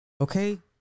Okay